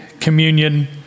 communion